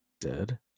dead